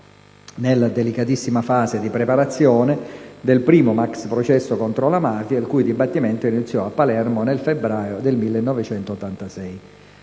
nella delicatissima fase di preparazione del primo maxiprocesso contro la mafia, il cui dibattimento iniziò a Palermo nel febbraio del 1986.